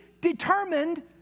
determined